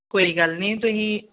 ਕੋਈ ਗੱਲ ਨਹੀਂ ਤੁਸੀਂ